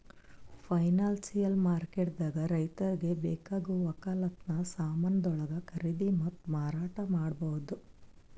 financial ಮಾರ್ಕೆಟ್ದಾಗ್ ರೈತರಿಗ್ ಬೇಕಾಗವ್ ವಕ್ಕಲತನ್ ಸಮಾನ್ಗೊಳು ಖರೀದಿ ಮತ್ತ್ ಮಾರಾಟ್ ಮಾಡ್ಬಹುದ್